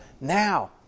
Now